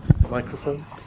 Microphone